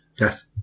Yes